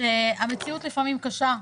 שהמציאות לפעמים קשה,